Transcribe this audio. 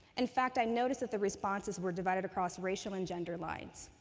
in fact, i noticed that the responses were divided across racial and gender lines.